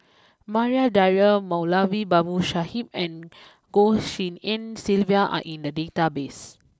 Maria Dyer Moulavi Babu Sahib and Goh Tshin En Sylvia are in the database